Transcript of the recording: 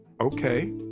okay